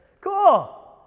Cool